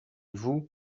vous